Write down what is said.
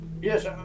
yes